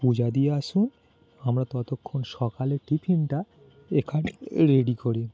পূজা দিয়ে আসুন আমরা ততক্ষণ সকালের টিফিনটা এখানে রেডি করি